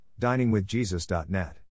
diningwithjesus.net